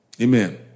Amen